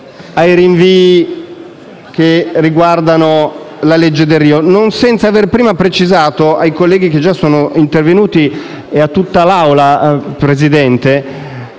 ai rinvii che riguardano la legge Delrio, non senza aver prima precisato ai colleghi che sono già intervenuti e a tutta l'Assemblea